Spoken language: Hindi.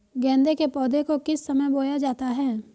गेंदे के पौधे को किस समय बोया जाता है?